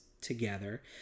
together